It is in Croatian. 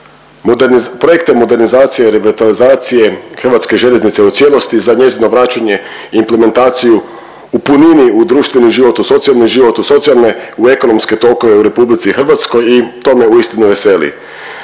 projekte modernizacije i revitalizacije hrvatske željeznice u cijelosti, za njezino vraćanje i implementaciju u punini u društveni život, u socijalni život, u socijalne, u ekonomske tokove u RH i to me uistinu veseli.